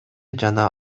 жана